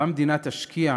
שבה המדינה תשקיע,